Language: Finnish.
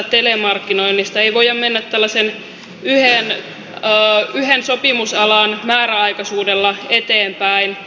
ei voida mennä tällaisen yhden sopimusalan määräaikaisuudella eteenpäin